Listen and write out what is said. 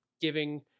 giving